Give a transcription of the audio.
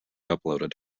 uploaded